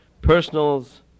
personals